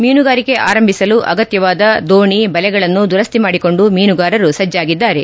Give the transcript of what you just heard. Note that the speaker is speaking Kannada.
ಮೀನುಗಾರಿಕೆ ಆರಂಭಿಸಲು ಅಗತ್ಯವಾದ ದೋಣಿ ಬಲೆಗಳನ್ನು ದುರಸ್ತಿ ಮಾಡಿಕೊಂಡು ಮೀನುಗಾರರು ಸಜ್ಚಾಗಿದ್ದಾರೆ